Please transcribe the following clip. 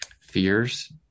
fears